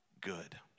good